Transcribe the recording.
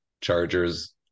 Chargers